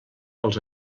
els